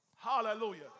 Hallelujah